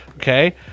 Okay